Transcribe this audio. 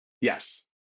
Yes